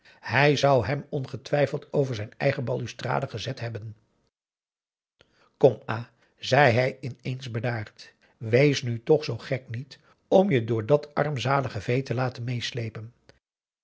hij zou hem ongetwijfeld over zijn eigen balustrade gezet hebben kom a zei hij ineens bedaard wees nu toch zoo gek niet om je door dat armzalige vee te laten meeslepen